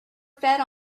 fed